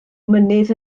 mynydd